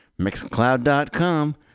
Mixcloud.com